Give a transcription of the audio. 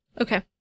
Okay